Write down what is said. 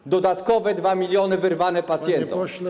To dodatkowe 2 mln wyrwane pacjentom.